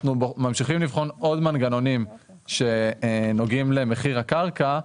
אנחנו ממשיכים לבחון עוד מנגנונים שנוגעים למחיר הקרקע.